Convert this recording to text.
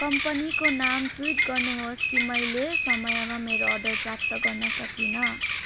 कम्पनीको नाम ट्विट गर्नुहोस् कि मैले समयमा मेरो अर्डर प्राप्त गर्न सकिनँ